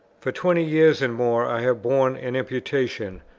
for twenty years and more i have borne an imputation,